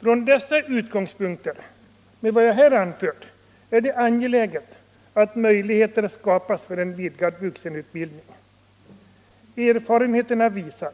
Från dessa utgångspunkter, med vad jag här anfört, är det angeläget att möjligheter skapas för en vidgad vuxenutbildning. Erfarenheterna visar